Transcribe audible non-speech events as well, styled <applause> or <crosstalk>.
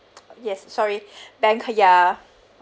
yes sorry <breath> bank~ ya